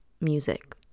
music